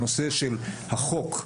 החוק,